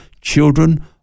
children